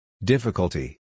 Difficulty